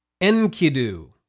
Enkidu